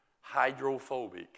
hydrophobic